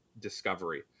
discovery